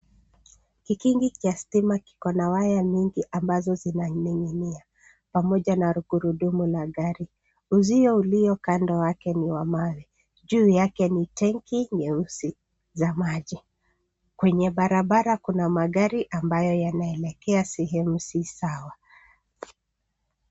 Kikingi cha stima kiko na waya mingi ambazo zinaning'inia pamoja na gurudumu la gari. Uzio ulio kando wake ni wa mawe. Juu yake ni tanki nyeusi za maji. Kwenye barabara kuna magari ambayo yanaelekea sehemu si sawa.